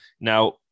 Now